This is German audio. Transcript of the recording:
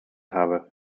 habe